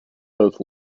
both